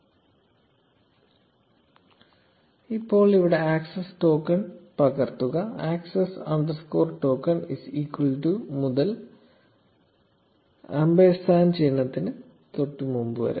0701 ഇപ്പോൾ ഈ access token പകർത്തുക access underscore token is equal to' മുതൽ ആമ്പേഴ്സാൻഡ് ചിഹ്നത്തിന് തൊട്ടുമുമ്പ് വരെ